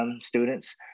students